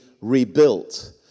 rebuilt